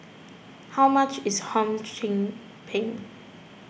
how much is Hum Chim Peng